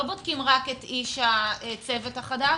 לא בודקים רק את איש הצוות החדש,